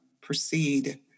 proceed